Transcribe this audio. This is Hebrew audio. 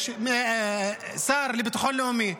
יש שר לביטחון לאומי,